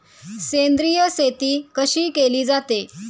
सेंद्रिय शेती कशी केली जाते?